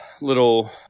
little